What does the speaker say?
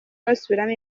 basubiramo